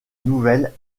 nouvelles